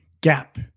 gap